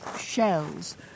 shells